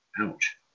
Ouch